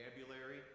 vocabulary